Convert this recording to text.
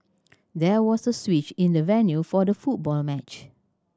there was a switch in the venue for the football match